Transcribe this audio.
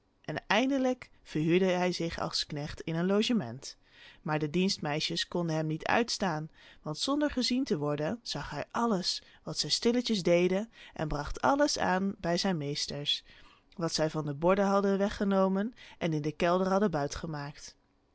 en eindelijk verhuurde hij zich als knecht in een logement maar de dienstmeisjes konden hem niet uitstaan want zonder gezien te worden zag hij alles wat zij stilletjes deden en bracht alles aan bij zijn meesters wat zij van de borden hadden weg genomen en in den kelder hadden buitgemaakt